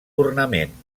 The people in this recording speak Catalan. ornament